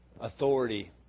authority